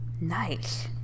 Nice